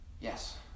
Yes